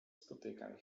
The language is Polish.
spotykam